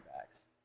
backs